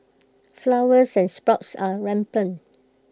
flowers and sprouts are rampant